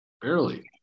Barely